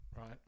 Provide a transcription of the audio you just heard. Right